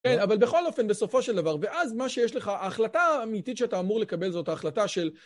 כן, אבל בכל אופן, בסופו של דבר, ואז מה שיש לך, ההחלטה האמיתית שאתה אמור לקבל זאת, ההחלטה של...